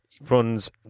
runs